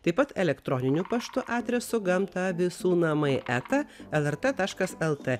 taip pat elektroniniu paštu adresu gamta visų namai eta lrt taškas lt